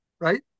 right